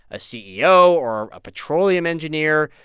a ceo or a petroleum engineer,